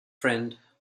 friend